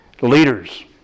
leaders